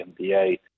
NBA